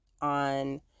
on